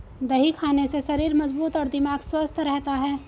दही खाने से शरीर मजबूत तथा दिमाग स्वस्थ रहता है